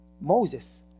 Moses